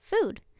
food